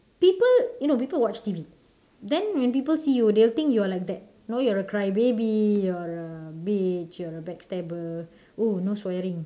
people you know people watch T_V then when people see you they will think you're like that you're a crybaby you're a bitch you're a backstabber oh no swearing